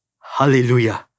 Hallelujah